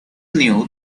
knew